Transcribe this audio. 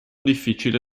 difficile